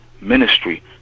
ministry